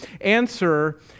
answer